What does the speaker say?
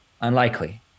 unlikely